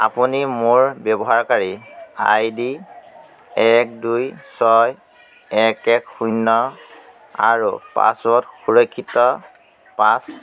আপুনি মোৰ ব্যৱহাৰকাৰী আই ডি এক দুই ছয় এক এক শূন্য আৰু পাছৱৰ্ড সুৰক্ষিত পাঁচ